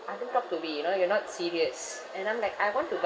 ah don't talk to me you know you're not serious and I'm like I want to buy